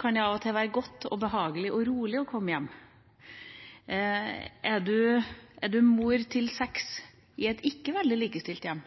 kan det av og til være godt og behagelig og rolig å komme hjem. Er en mor til seks i et ikke veldig likestilt hjem,